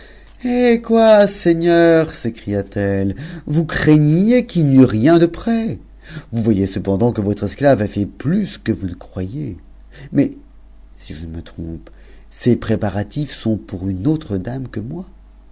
hé quoi seigneur s'écria-t-elle vous craigniez qu'il j eut nen de prêt vous voyez cependant que votre esclave a fait plus c croyiez mais si je ne me trompe ces préparatifs sont pour m'c dame que moi